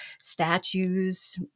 statues